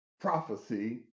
prophecy